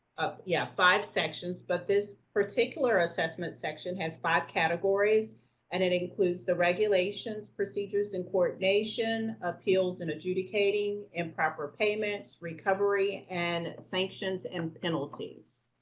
ah, yeah five sections but this particular assessment section has five categories and it includes the regulations, procedures and coordination, appeals and adjudicating, improper payments, recovery, and sanctions and penalties.